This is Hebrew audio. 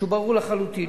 שהוא ברור לחלוטין,